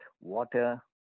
water